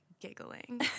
giggling